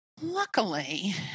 Luckily